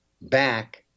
back